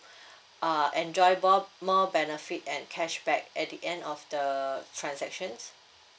uh enjoy more more benefit and cashback at the end of the transactions